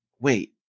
wait